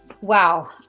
Wow